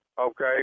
Okay